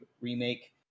remake